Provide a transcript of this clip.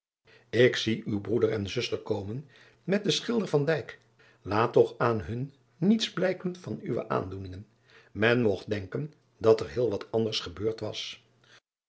k zie uw broeder en zuster komen met den schilder laat toch aan hun niets blijken van uwe aandoeningen men mogt denken dat er heel wat anders gebeurd was